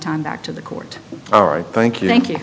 time back to the court all right thank you thank you